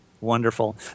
Wonderful